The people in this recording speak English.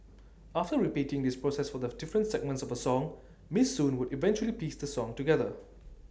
after repeating this process for the different segments of A song miss soon would eventually piece the song together